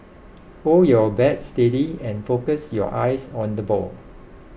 hold your bat steady and focus your eyes on the ball